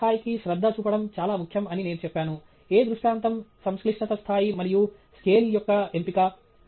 వివరాల స్థాయికి శ్రద్ధ చూపడం చాలా ముఖ్యం అని నేను చెప్పాను ఏ దృష్టాంతం సంక్లిష్టత స్థాయి మరియు స్కేల్ యొక్క ఎంపిక